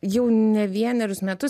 jau ne vienerius metus